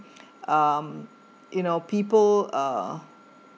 um you know people are